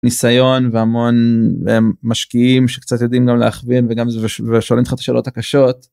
ניסיון והמון משקיעים שקצת יודעים גם להכווין וגם זה ושואלים לך את השאלות הקשות.